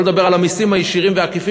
שלא לדבר על המסים הישירים והעקיפים